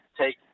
take